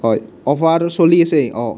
হয় অফাৰ চলি আছে অঁ